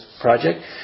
project